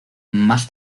más